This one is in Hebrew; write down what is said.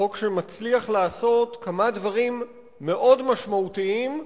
חוק שמצליח לעשות כמה דברים מאוד משמעותיים,